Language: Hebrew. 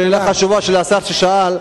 שאלה חשובה של השר ששאל.